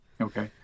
Okay